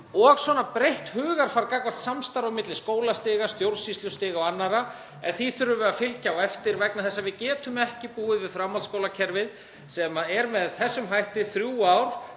og breytt hugarfar gagnvart samstarfi á milli skólastiga, stjórnsýslustiga og annarra, en því þurfum við að fylgja eftir vegna þess að við getum ekki búið við framhaldsskólakerfi sem er með þessum hætti, þrjú ár,